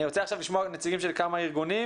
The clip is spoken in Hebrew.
אני רוצה עכשיו לשמוע נציגים של כמה ארגונים